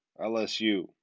LSU